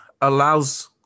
allows